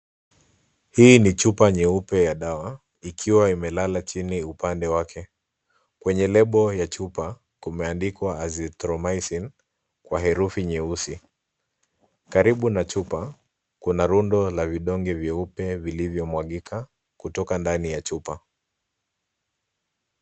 Hii ni chupa nyeupe ya dawa ikiwa imelala chini upande wake. Kwenye lebo ya chupa kumeandikwa, asitromythene, kwa herufi nyeusi. Karibu na chupa kuna rundo la vidonge vyeupe vilivyomwagika kutoka ndani ya chupa.